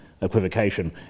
equivocation